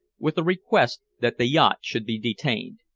with a request that the yacht should be detained.